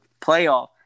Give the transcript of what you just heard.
playoff